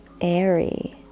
airy